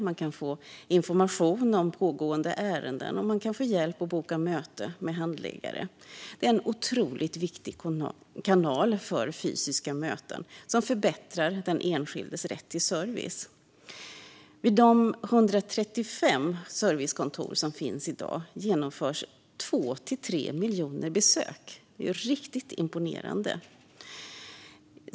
Man kan få information om pågående ärenden, och man kan få hjälp att boka möte med handläggare. Det är en otroligt viktig kanal för fysiska möten, som förbättrar den enskildes rätt till service. Vid de 135 servicekontor som finns i dag genomförs mellan 2 och 3 miljoner besök - riktigt imponerande!